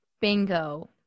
bingo